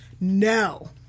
No